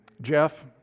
Jeff